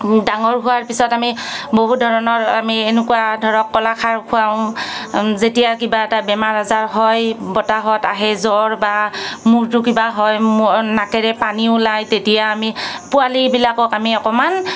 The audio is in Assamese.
ডাঙৰ হোৱাৰ পিছত আমি বহু ধৰণৰ আমি এনেকুৱা ধৰক কলাখাৰ খুৱাওঁ যেতিয়া কিবা এটা বেমাৰ আজাৰ হয় বতাহত আহে জ্বৰ বা মূৰটো কিবা হয় নাকেৰে পানী ওলাই তেতিয়া আমি পোৱালিবিলাকক আমি অকণমান